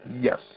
Yes